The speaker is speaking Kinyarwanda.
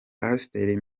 pasiteri